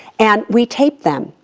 and we taped them.